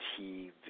TV